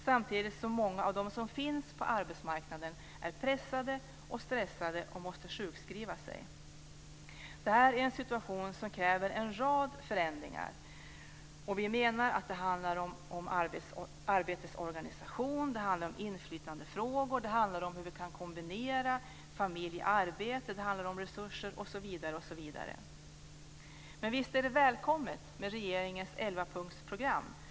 Samtidigt är många av dem som finns på arbetsmarknaden pressade och stressade och måste sjukskriva sig. Det är en situation som kräver en rad förändringar. Vi menar att det handlar om arbetets organisation. Det handlar om inflytandefrågor. Det handlar om hur vi kan kombinera familj och arbete. Det handlar om resurser osv. Men visst är regeringens 11-punktsprogram välkommet.